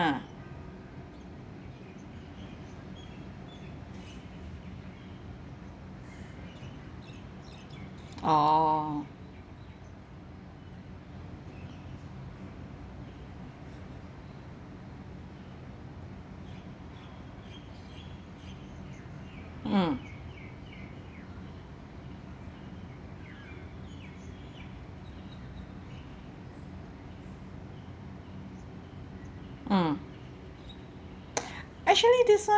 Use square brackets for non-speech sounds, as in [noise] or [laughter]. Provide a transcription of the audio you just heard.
orh mm mm [noise] actually this [one]